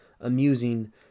amusing